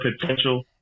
potential